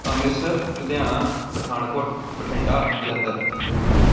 Amritsar Ludhiana Pathankot Bathinda Jalandhar